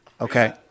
Okay